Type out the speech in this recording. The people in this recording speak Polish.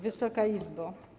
Wysoka Izbo!